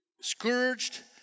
scourged